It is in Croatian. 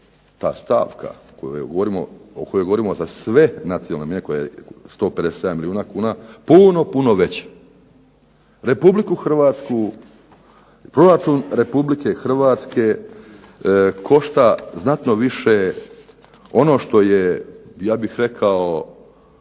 ta stavka o kojoj govorimo za sve nacionalne manje koje je 157 milijuna kuna puno, puno veći. Republiku Hrvatsku, proračun Republike Hrvatske košta znatno više ono što je ja bih rekao